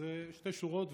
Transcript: שתי שורות,